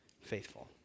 faithful